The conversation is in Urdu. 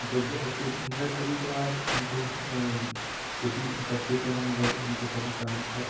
لوگ مگر کبھی کبھار اُن کو کھیتی کرتے تو ہیں مگر اُن کو کبھی کبھار بہت